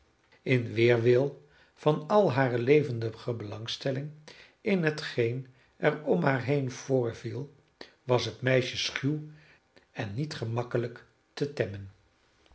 in weerwil van al hare levendige belangstelling in hetgeen er om haar heen voorviel was het meisje schuw en niet gemakkelijk te temmen